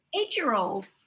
eight-year-old